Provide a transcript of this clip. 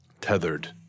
tethered